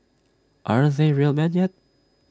aren't they real men yet